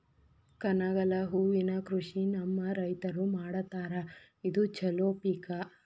ಕನಗಲ ಹೂವಿನ ಕೃಷಿ ನಮ್ಮ ರೈತರು ಮಾಡತಾರ ಇದು ಚಲೋ ಪಿಕ